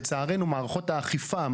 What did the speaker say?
לצערנו מערכות האכיפה,